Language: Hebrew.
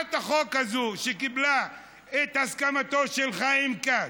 הצעת החוק הזאת קיבלה את הסכמתו של חיים כץ,